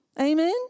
Amen